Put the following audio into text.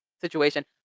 situation